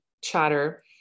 chatter